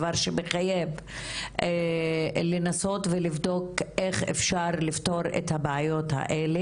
הדבר הזה מחייב לנסות ולבדוק איך אפשר לפתור את הבעיות הללו.